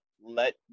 let